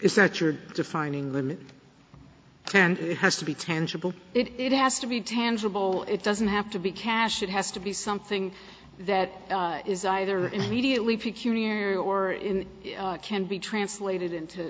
is that you're defining the and it has to be tangible it has to be tangible it doesn't have to be cash it has to be something that is either immediately peculiar or in can be translated into